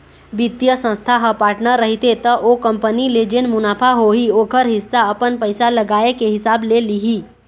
बित्तीय संस्था ह पार्टनर रहिथे त ओ कंपनी ले जेन मुनाफा होही ओखर हिस्सा अपन पइसा लगाए के हिसाब ले लिही